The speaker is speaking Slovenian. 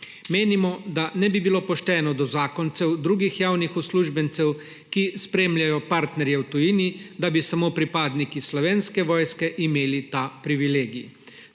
Menimo, da ne bi bilo pošteno do zakoncev drugih javnih uslužbencev, ki spremljajo partnerje v tujini, da bi samo pripadniki Slovenske vojske imeli ta privilegij.